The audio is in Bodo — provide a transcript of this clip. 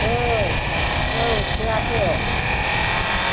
औ औ थोआथ'